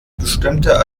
bestimmter